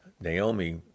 Naomi